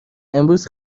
امروز